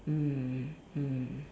mm mm